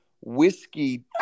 whiskey